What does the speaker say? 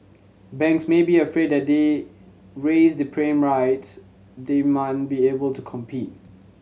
banks may be afraid that they raise the prime rights they man be able to compete